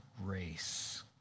race